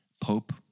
Pope